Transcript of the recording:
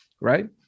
right